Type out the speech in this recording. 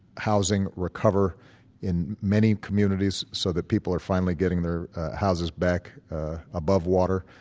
housing recover in many communities so that people are finally getting their houses back above water.